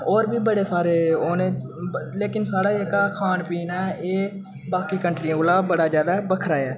होर बी बड़े सारे ओह् ने लेकिन स्हाड़ा जेह्का ख़ान पीन ऐ एह् बाकी कंंट्रियें कोला बड़ा ज्यादा बक्खरा ऐ